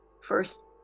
First